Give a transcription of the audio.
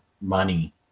money